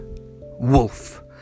wolf